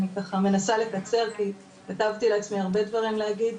אני ככה מנסה לקצר כי כתבתי לעצמי הרבה דברים להגיד.